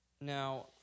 Now